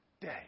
day